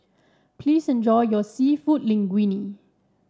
please enjoy your seafood Linguine